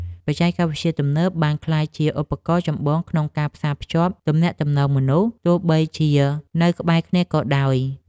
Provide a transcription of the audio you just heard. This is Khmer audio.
បច្ចេកវិទ្យាទំនើបបានក្លាយជាឧបករណ៍ចម្បងក្នុងការផ្សារភ្ជាប់ទំនាក់ទំនងមនុស្សទោះបីជានៅក្បែរគ្នាក៏ដោយ។